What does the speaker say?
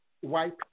white